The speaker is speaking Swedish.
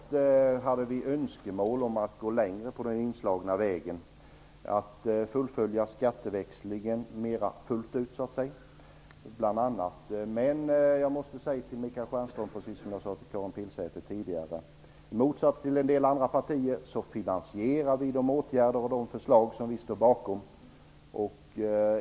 Fru talman! Självfallet hade vi önskemål om att gå längre på den inslagna vägen, bl.a. att fullfölja skatteväxlingen mera fullt ut, så att säga. Men jag måste säga till Michael Stjernström, precis som jag sade till Karin Pilsäter tidigare, att i motsats till en del andra partier finansierar vi de åtgärder och de förslag som vi står bakom.